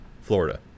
florida